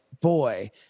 boy